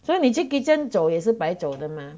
所以你去 kitchen 走也是白走的吗